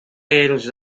eles